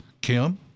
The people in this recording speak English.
Kim